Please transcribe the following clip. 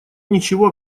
ничего